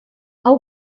hau